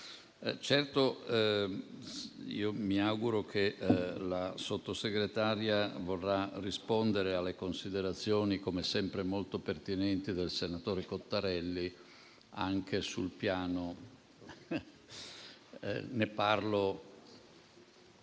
Certo, mi auguro che la Sottosegretaria vorrà rispondere alle considerazioni, come sempre molto pertinenti, del senatore Cottarelli - di cui parlo